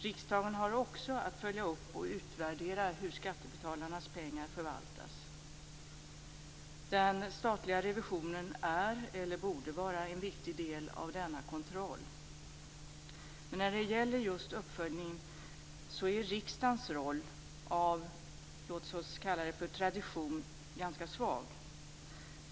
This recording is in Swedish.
Riksdagen har också att följa upp och utvärdera hur skattebetalarnas pengar förvaltas. Den statliga revisionen är eller borde vara en viktig del av denna kontroll. Men när det gäller just uppföljningen är riksdagens roll av, låt oss kalla det, tradition ganska svag.